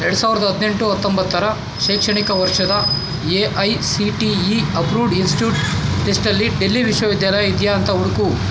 ಎರಡು ಸಾವಿರದ ಹದಿನೆಂಟು ಹತ್ತೊಂಬತ್ತರ ಶೈಕ್ಷಣಿಕ ವರ್ಷದ A I C T E approved institutes ಲಿಸ್ಟಲ್ಲಿ ಡೆಲ್ಲಿ ವಿಶ್ವವಿದ್ಯಾನಿಲಯ ಇದೆಯಾ ಅಂತ ಹುಡುಕು